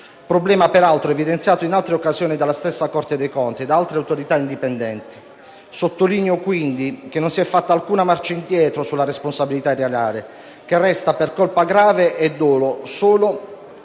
problema, peraltro, evidenziato in altre occasioni dalla stessa Corte dei conti e da altre autorità indipendenti. Sottolineo, quindi, che non si è fatta alcuna marcia indietro sulla responsabilità erariale, che resta per colpa grave e dolo solo